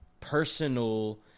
personal